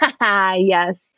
Yes